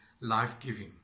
life-giving